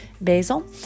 basil